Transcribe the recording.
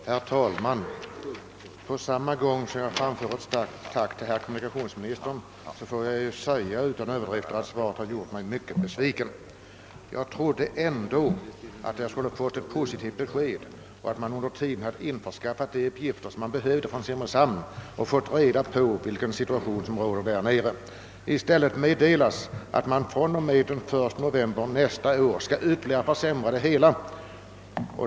Herr talman! På samma gång som jag framför ett tack till kommunikationsministern: får jag utan överdrift säga att. svaret gjort mig mycket besviken. Jag trodde ändå att jag skulle ha fått ett. positivt besked och: att man under tiden hade införskaffat de uppgifter som behövdes från Simrishamn. Statsrådet hade då kunnat få reda på vilken situation som verkligen råder där nere. -: I stället meddelas nu att man fr.o.m. 1. november nästa år ytterligare skall försämra det hela.